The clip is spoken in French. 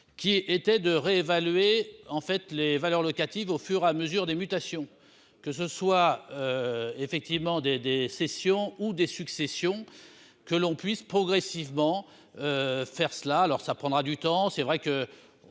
qui était de réévaluer en fait les valeurs locatives au fur à mesure des mutations, que ce soit effectivement des des ou des successions, que l'on puisse progressivement faire cela, alors ça prendra du temps, c'est vrai que